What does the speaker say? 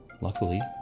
luckily